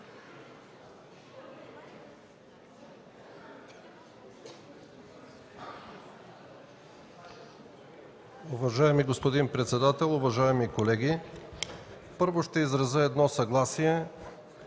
Уважаеми господин председател, уважаеми колеги! Първо ще изразя едно съгласие,